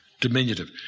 Diminutive